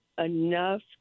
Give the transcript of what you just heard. enough